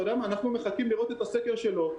אתה יודע מה, אנחנו מחכים לראות את הסקר שלו.